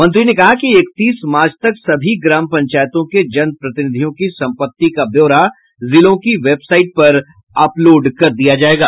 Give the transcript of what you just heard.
मंत्री ने कहा कि इकतीस मार्च तक सभी ग्राम पंचायतों के जन प्रतिनिधियों की संपत्ति का ब्योरा जिलों की वेबसाइट पर अपलोड कर दिया जायेगा